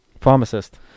Pharmacist